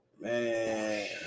Man